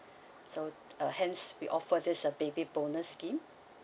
so uh hence we offer this baby bonus scheme